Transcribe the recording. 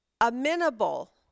amenable